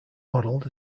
modelled